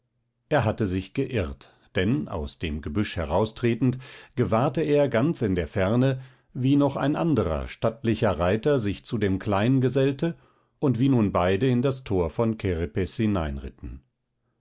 er hatte sich geirrt denn aus dem gebüsch heraustretend gewahrte er ganz in der ferne wie noch ein anderer stattlicher reiter sich zu dem kleinen gesellte und wie nun beide in das tor von kerepes